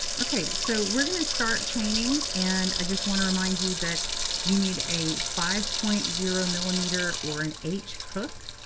ok. so we're going to start chaining, and i just want to remind you that you need a five point zero millimeter or an h hook.